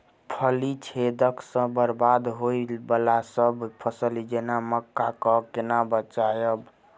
फली छेदक सँ बरबाद होबय वलासभ फसल जेना मक्का कऽ केना बचयब?